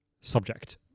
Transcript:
subject